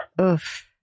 Oof